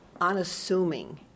unassuming